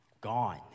gone